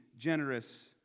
Generous